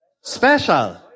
Special